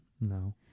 No